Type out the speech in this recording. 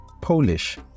Polish